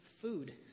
food